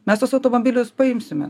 mes tuos automobilius paimsime